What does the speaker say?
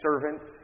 servants